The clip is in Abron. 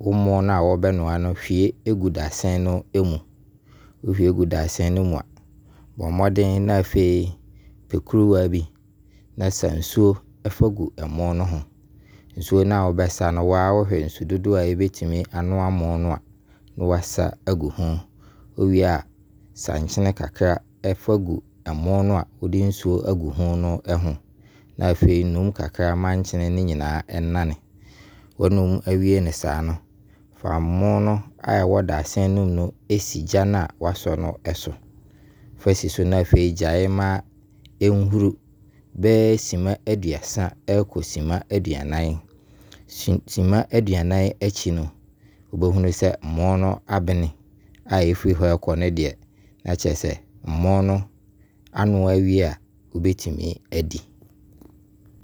wo mmo na a wobɛnoa no hwie gu dasene no mu. Wo hwie gu dasene no mu a, bɔ mmɔden na afei pɛ kuruwa bi na sa nsuo fa gu ɛmo no ho. Nsuo na wobɛsa no wo ara wo hwɛ nsu dodoɔ ɛbɛtumi anoa mmo no a, na wo asa agu ho. Wo wie a, sa nkyene kakra fa gu ɛmo no a wode nsuo agu ho no. Afei, num kakra ma nkyene no nyinaa ɛnane. Wanum awei no saa no, fa ɛmo no a ɛwɔ dasene no mu no si gya na wasɔ no so. Fa si so na afei gyae ma ɛhuru bɛyɛ sima aduasa ɛkɔ aduanan. Sima aduanan akyi no, wobɛhunu sɛ ɛmo no aben a ɛfiri hɔ ɛkɔ no deɛ na kyerɛ sɛ ɛmo no anoa awei a wobɛtumi adi.